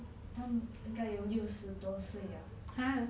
他应该有六十多岁 liao